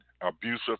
abusive